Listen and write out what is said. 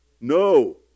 No